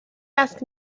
ask